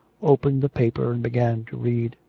opened the paper and began to read.